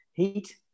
Heat